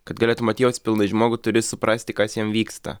kad galėtum atjaust pilnai žmogų turi suprasti kas jam vyksta